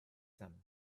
them